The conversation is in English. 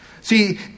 See